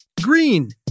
green